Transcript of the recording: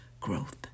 growth